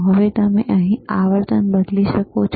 હવે તમે અહીં આવર્તન બદલી શકો છો